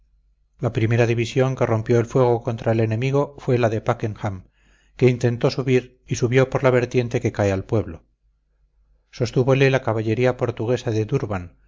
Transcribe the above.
la primera división que rompió el fuego contra el enemigo fue la de packenham que intentó subir y subió por la vertiente que cae al pueblo sostúvole la caballería portuguesa de d'urban